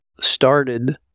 started